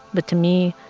but to me,